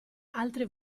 altre